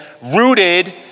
rooted